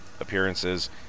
appearances